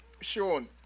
Sean